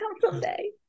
someday